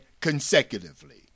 consecutively